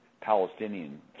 Palestinian